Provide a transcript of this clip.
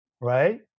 right